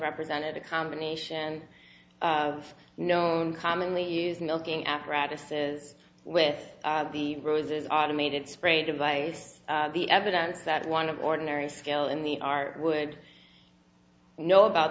represented a combination of known commonly used milking apparatuses with the roses automated spray device the evidence that one of ordinary skill in the art would know about